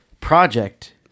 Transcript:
project